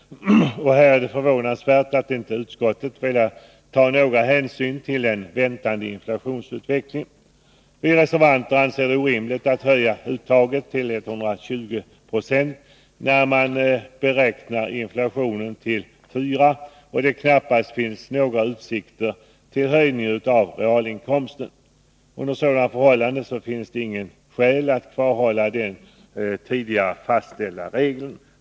Det är förvånansvärt att utskottet inte har tagit någon hänsyn till den väntade inflationsutvecklingen. Vi reservanter anser det orimligt att höja uttaget till 120 26, när man beräknar inflationen till 4 26 och det knappast finns några utsikter till höjning av realinkomsten. Under sådana förhållanden finns det inga skäl att kvarhålla den tidigare fastställda regeln.